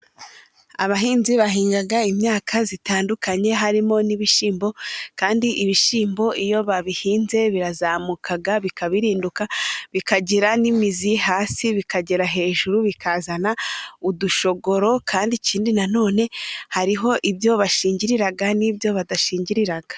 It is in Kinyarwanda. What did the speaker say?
Abahinzi bahinga imyaka itandukanye harimo n'ibishyimbo, kandi ibishyimbo iyo babihinze birazamuka bikabirinduka bikagira n'imizi hasi, bikagera hejuru bikazana udushogoro kandi ikindi nanone, hariho ibyo bashingirira n'ibyo badashingirira.